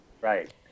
Right